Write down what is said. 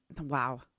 wow